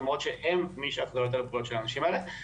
למרות שהן מי שאחראיות על הבריאות של האנשים האלה.